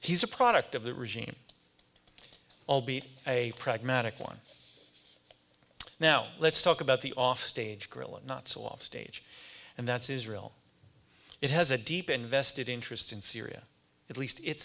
he's a product of the regime i'll be a pragmatic one now let's talk about the off stage grill and not so off stage and that's israel it has a deep invested interest in syria at least it